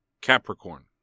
Capricorn